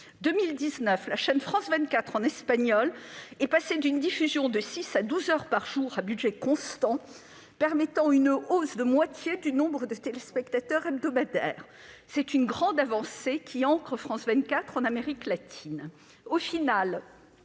2019, la chaîne France 24 en espagnol est passée d'une diffusion de six heures à douze heures par jour à budget constant, permettant une hausse de moitié du nombre de téléspectateurs hebdomadaires. C'est une grande avancée, qui ancre France 24 en Amérique latine. Au final,